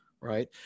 right